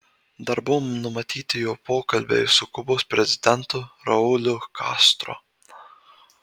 dar buvo numatyti jo pokalbiai su kubos prezidentu rauliu castro